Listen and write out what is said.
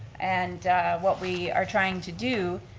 and what we are trying to do,